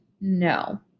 No